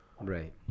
right